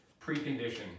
precondition